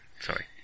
Sorry